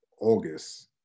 August